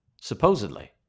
supposedly